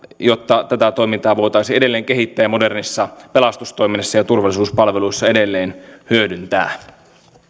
jotta tätä toimintaa voitaisiin edelleen kehittää ja modernissa pelastustoiminnassa ja turvallisuuspalveluissa edelleen hyödyntää